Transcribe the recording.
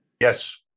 Yes